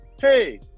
hey